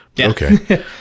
Okay